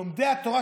לומדי התורה,